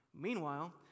Meanwhile